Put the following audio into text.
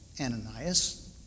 Ananias